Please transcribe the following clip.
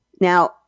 Now